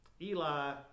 Eli